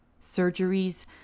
surgeries